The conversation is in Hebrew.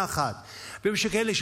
לא סיימתי.